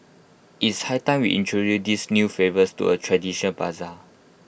it's high time we introduce these new flavours to A tradition Bazaar